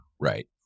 Right